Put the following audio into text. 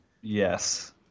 Yes